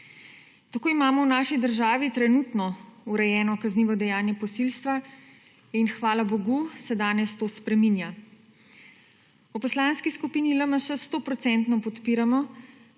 Tako imamo v naši državi trenutno urejeno kaznivo dejanje posilstva in hvala bogu, se danes to spreminja. V Poslanski skupini LMŠ 100 procentno